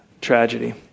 Tragedy